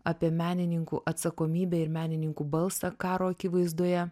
apie menininkų atsakomybę ir menininkų balsą karo akivaizdoje